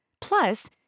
Plus